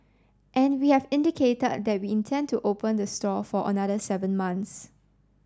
and we have indicated that we intend to open the store for another seven months